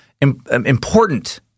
important